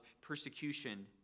persecution